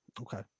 okay